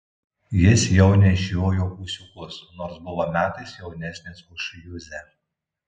jis jau nešiojo ūsiukus nors buvo metais jaunesnis už juzę